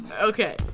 Okay